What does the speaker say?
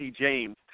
James